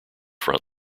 front